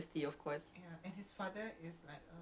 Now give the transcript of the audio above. oh !wow! mesti of course and his father is like